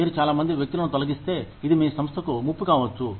మీరు చాలా మంది వ్యక్తులను తొలగిస్తే ఇది మీ సంస్థకు ముప్పు కావచ్చు